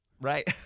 Right